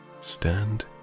stand